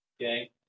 Okay